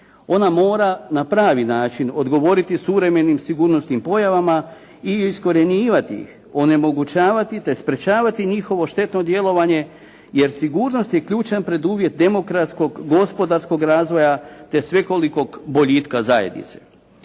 Ona mora na pravi način odgovoriti suvremenim sigurnosnim pojavama i iskorjenjivati ih, onemogućavati te sprečavati njihovo štetno djelovanje jer sigurnost je ključan preduvjet demokratskog gospodarskog razvoja te svekolikog boljitka zajednice.